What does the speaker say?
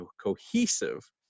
cohesive